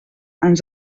ens